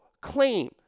claim